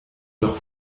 doch